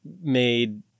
made